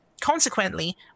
Consequently